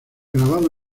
grabado